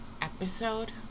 episode